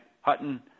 Hutton